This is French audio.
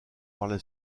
par